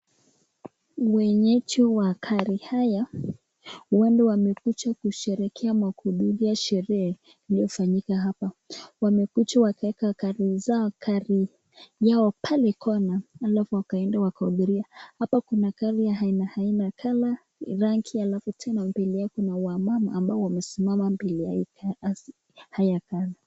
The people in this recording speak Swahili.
Wenyeji wa gari haya huenda wamekuja kusherekea ama kupiga sherehe iliyofanyika hapa, wamekuja wakaweka gari yao pale kona alafu wakaenda wakaongea, hapa kuna gari ya haina haina color rangi alafu tena mbele yao kuna wamama ambao wenye wamesimama mbele ya hiya gari.